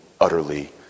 utterly